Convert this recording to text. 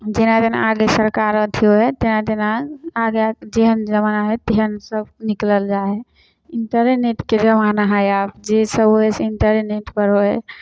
जेना जेना आगे सरकार अथी होइ तेना तेना आगे जेहन जमाना हइ तेहन सब निकलल जा हइ इन्टरेनेटके जमाना हइ आब जाहिसँ होइ से इन्टरनेटपर होइ हइ